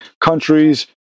countries